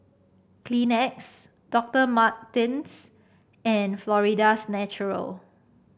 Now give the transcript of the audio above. Kleenex Doctor Martens and Florida's Natural